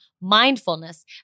mindfulness